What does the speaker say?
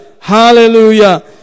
Hallelujah